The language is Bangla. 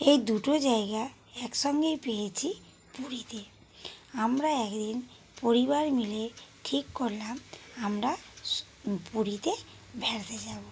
এই দুটো জায়গা একসঙ্গেই পেয়েছি পুরীতে আমরা একদিন পরিবার মিলে ঠিক করলাম আমরা পুরীতে বেড়াতে যাবো